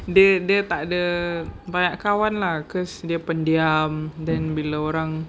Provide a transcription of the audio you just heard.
dia dia tak ada banyak kawan lah because dia pendiam then bila orang